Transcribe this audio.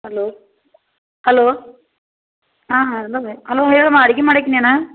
hello hello ಹಾಂ ಹಾಂ ಎಂದವೆ ಅಲೋ ಹೇಳಮ್ಮ ಅಡ್ಗಿ ಮಾಡಿಜ್ಞನ